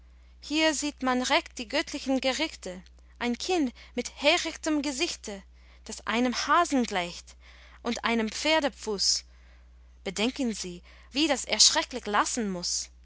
hier sieht man recht die göttlichen gerichte ein kind mit härichtem gesichte das einem hasen gleicht und einem pferdefuß bedenken sie wie das erschrecklich lassen muß